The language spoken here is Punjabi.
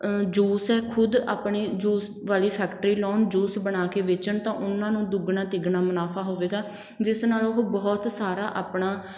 ਜੂਸ ਹੈ ਖੁਦ ਆਪਣੀ ਜੂਸ ਵਾਲੀ ਫੈਕਟਰੀ ਲਗਾਉਣ ਜੂਸ ਬਣਾ ਕੇ ਵੇਚਣ ਤਾਂ ਉਹਨਾਂ ਨੂੰ ਦੁੱਗਣਾ ਤਿਗਣਾ ਮੁਨਾਫ਼ਾ ਹੋਵੇਗਾ ਜਿਸ ਨਾਲ ਉਹ ਬਹੁਤ ਸਾਰਾ ਆਪਣਾ